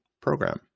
program